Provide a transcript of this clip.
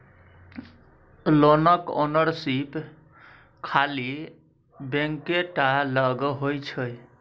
लोनक ओनरशिप खाली बैंके टा लग होइ छै